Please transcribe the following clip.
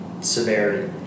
severity